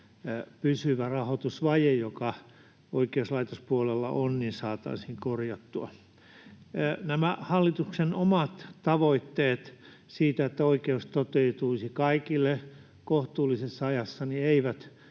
pysyvä rahoitusvaje, joka oikeuslaitospuolella on, saataisiin korjattua. Nämä hallituksen omat tavoitteet siitä, että oikeus toteutuisi kaikille kohtuullisessa ajassa, eivät